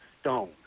stone